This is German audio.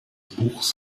buchs